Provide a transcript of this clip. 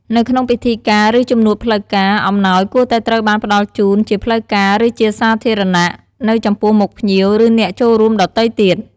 នៅក្នុងពិធីការ ឬជំនួបផ្លូវការ អំណោយគួរតែត្រូវបានផ្តល់ជូន ជាផ្លូវការ ឬជាសាធារណៈ នៅចំពោះមុខភ្ញៀវ ឬអ្នកចូលរួមដទៃទៀត។